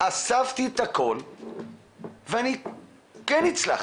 אספתי את הכול ואני כן הצלחתי.